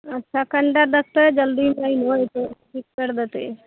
अच्छा कनिटा देखतै जल्दी कहीँ होइ तऽ ठीक करि देतै